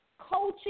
coaching